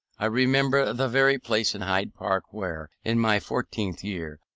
i remember the very place in hyde park where, in my fourteenth year,